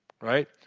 Right